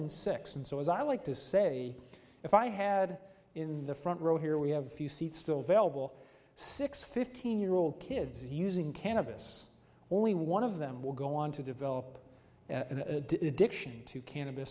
six and so as i like to say if i had in the front row here we have a few seats still vailable six fifteen year old kids using cannabis only one of them will go on to develop an addiction to can